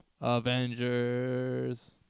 Avengers